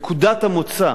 נקודת המוצא